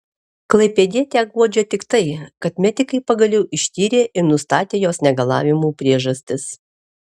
klaipėdietę guodžia tik tai kad medikai pagaliau ištyrė ir nustatė jos negalavimų priežastis